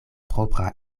propra